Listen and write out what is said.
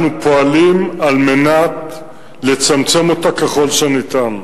אנחנו פועלים על מנת לצמצם אותה ככל שניתן.